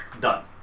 Done